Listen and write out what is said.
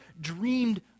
dreamed